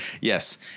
yes